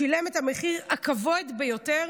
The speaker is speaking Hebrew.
שילם את המחיר הכבד ביותר